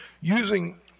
using